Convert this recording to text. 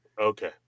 okay